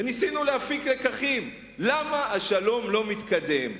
ניסינו להפיק לקחים: למה השלום לא מתקדם?